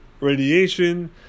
radiation